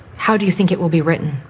how do you think it will be written?